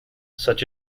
such